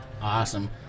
Awesome